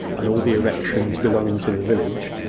and all the erections belonging to the village,